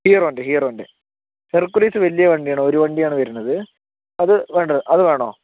ഹീറോണ്ട് ഹീറോണ്ട് ഹെർക്കുലീസ് വലിയ വണ്ടിയാണ് ഒര് വണ്ടിയാണ് വരുന്നത് അത് വേണ്ട അത് വേണോ